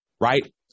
Right